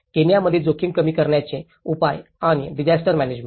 केनियामध्ये जोखीम कमी करण्याचे उपाय आणि डिसास्टर मॅनॅजमेन्ट